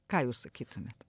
ką jūs sakytumėt